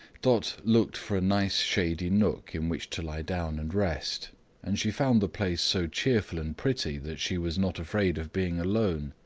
dot looked for a nice shady nook, in which to lie down and rest and she found the place so cheerful and pretty, that she was not afraid of being alone.